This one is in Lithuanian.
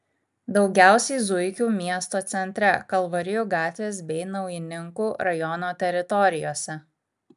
daugiausiai zuikių miesto centre kalvarijų gatvės bei naujininkų rajono teritorijose